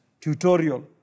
tutorial